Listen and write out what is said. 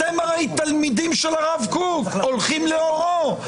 אתם הרי תלמידים של הרב קוק והולכים לאורו.